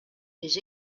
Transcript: des